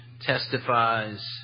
testifies